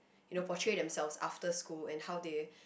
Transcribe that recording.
you know portray themselves after school and how they